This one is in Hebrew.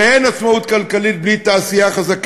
ואין עצמאות כלכלית בלי תעשייה חזקה,